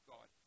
God